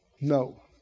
No